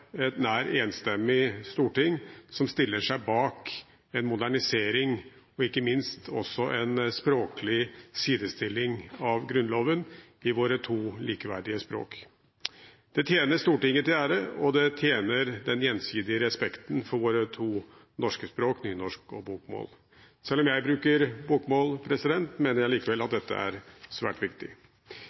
et nær enstemmig storting som stiller seg bak en modernisering og ikke minst også en språklig sidestilling av Grunnloven i våre to likeverdige språk. Det tjener Stortinget til ære, og det tjener den gjensidige respekten for våre to norske språk, nynorsk og bokmål. Selv om jeg bruker bokmål, mener jeg at dette er svært viktig.